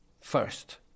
first